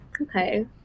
Okay